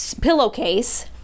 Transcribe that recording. pillowcase